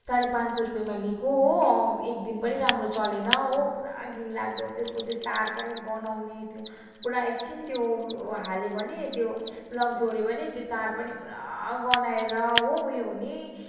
साढे पाँच सय रुपियाँमा लिएको हो एकदिन पनि राम्रो चलेन हो पुरा घिनलाग्दो त्यसको त्यो तार पनि गनाउने पुरा एकछिन त्यो हाल्यो भने त्यो प्लग जोड्यो भने त्यो तार पनि पुरा गनाएर हो ऊ यो हुने